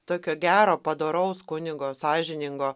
tokio gero padoraus kunigo sąžiningo